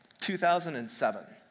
2007